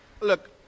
Look